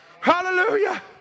Hallelujah